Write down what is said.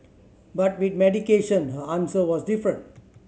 but with medication her answer was different